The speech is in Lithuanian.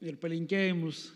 ir palinkėjimus